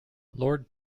lord